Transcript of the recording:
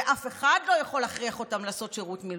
ואף אחד לא יכול להכריח אותם לעשות שירות מילואים.